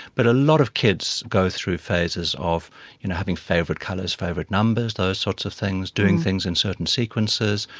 but a lot of kids go through phases of you know having favourite colours, favourite numbers, those sorts of things, doing things in certain sequences.